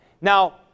Now